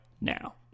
now